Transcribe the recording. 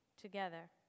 together